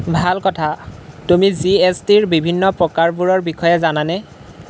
ভাল কথা তুমি জি এচ টি ৰ বিভিন্ন প্ৰকাৰবোৰৰ বিষয়ে জানানে